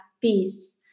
Peace